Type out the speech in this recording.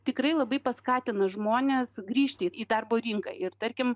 tikrai labai paskatina žmones grįžti į darbo rinką ir tarkim